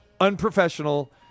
unprofessional